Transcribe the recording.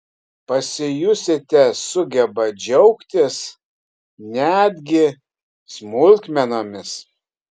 pasijusite sugebą džiaugtis netgi smulkmenomis